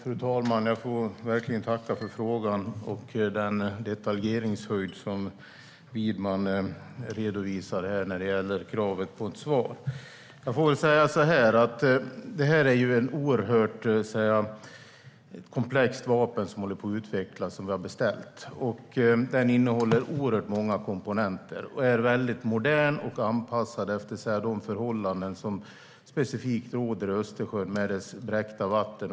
Fru talman! Jag får verkligen tacka för frågan och den detaljeringshöjd som Widman redovisar när det gäller kravet på ett svar. Jag får väl säga så här: Det är ett oerhört komplext vapen som håller på att utvecklas, som vi har beställt. Det innehåller oerhört många komponenter och är väldigt modernt och anpassat till de förhållanden som specifikt råder i Östersjön med dess bräckta vatten.